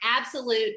absolute